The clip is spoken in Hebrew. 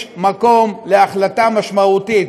יש מקום להחלטה משמעותית,